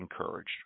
encouraged